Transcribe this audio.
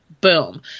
Boom